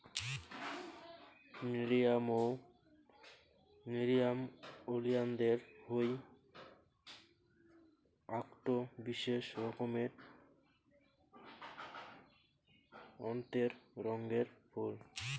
nerium oleander হই আকটো বিশেষ রকমের অক্তের রঙের ফুল